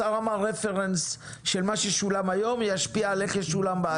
השר אמר רפרנס של מה ששולם היום ישפיע על איך ישולם בעתיד.